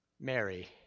Mary